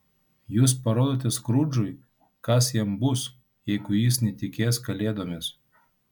jūs parodote skrudžui kas jam bus jeigu jis netikės kalėdomis